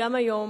גם היום,